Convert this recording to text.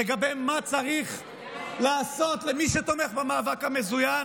לגבי מה צריך לעשות למי שתומך במאבק מזוין,